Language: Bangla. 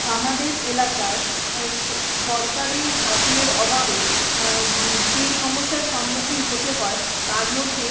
আমাদের এলাকায় আয় স সরকারি শাসনের অভাবে যে সমস্যার সম্মুখীন হতে হয় তার মধ্যে